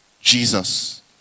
jesus